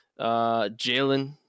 Jalen –